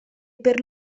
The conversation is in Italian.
per